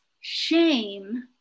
shame